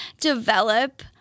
develop